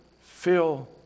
fill